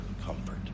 comfort